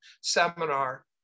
seminar